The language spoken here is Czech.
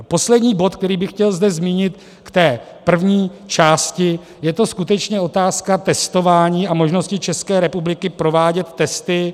Poslední bod, který bych zde chtěl zmínit k té první části, je to skutečně otázka testování a možnosti České republiky provádět testy stále.